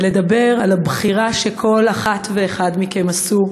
ולדבר על הבחירה שכל אחת ואחד מכם עשו